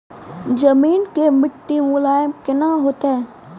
जमीन के मिट्टी मुलायम केना होतै?